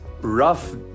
rough